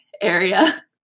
area